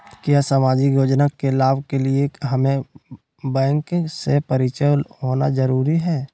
क्या सामाजिक योजना के लाभ के लिए हमें बैंक से परिचय होना जरूरी है?